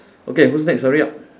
okay whose next hurry up